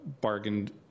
bargained